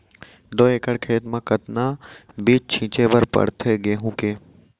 दो एकड़ खेत म कतना बीज छिंचे बर पड़थे गेहूँ के?